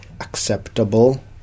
acceptable